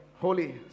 Holy